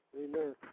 amen